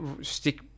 stick